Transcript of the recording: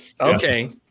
okay